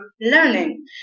learning